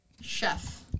Chef